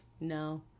No